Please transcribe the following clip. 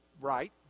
right